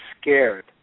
scared